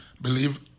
believe